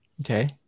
Okay